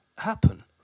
happen